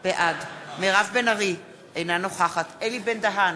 בעד מירב בן ארי, אינה נוכחת אלי בן-דהן,